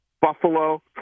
Buffalo